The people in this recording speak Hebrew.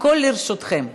הכול לרשותכם.